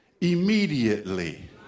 Immediately